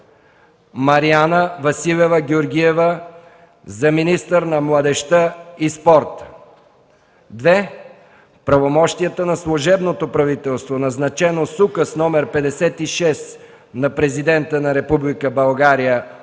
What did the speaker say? Мариана Василева Георгиева за министър на младежта и спорта. 2. Правомощията на служебното правителство, назначено с Указ № 56 на Президента на Република